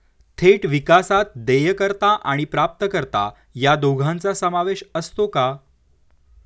थेट विकासात देयकर्ता आणि प्राप्तकर्ता या दोघांचा समावेश असतो का?